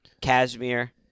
Cashmere